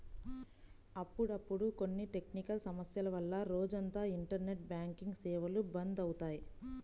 అప్పుడప్పుడు కొన్ని టెక్నికల్ సమస్యల వల్ల రోజంతా ఇంటర్నెట్ బ్యాంకింగ్ సేవలు బంద్ అవుతాయి